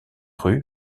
rue